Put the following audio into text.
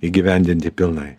įgyvendinti pilnai